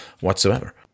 whatsoever